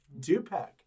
Dupac